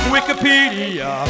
Wikipedia